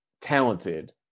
talented